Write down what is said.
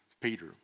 Peter